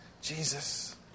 Jesus